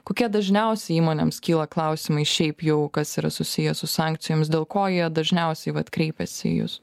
kokie dažniausiai įmonėms kyla klausimai šiaip jau kas yra susiję su sankcijomis dėl ko jie dažniausiai vat kreipiasi į jus